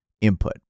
input